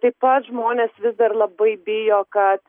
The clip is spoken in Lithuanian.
taip pat žmonės vis dar labai bijo kad